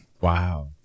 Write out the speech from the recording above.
Wow